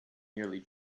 nearly